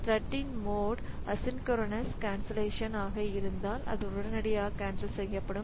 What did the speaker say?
த்ரெட்டின் mode asynchronous cancellation ஆக இருந்தால் அது உடனடியாக கேன்சல் செய்யப்படும்